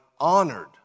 honored